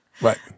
Right